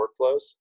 workflows